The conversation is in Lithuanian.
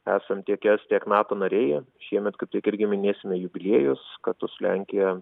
esam es tiek nato nariai šiemet kaip tik irgi minėsime jubiliejus kartu su lenkija